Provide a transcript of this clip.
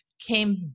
came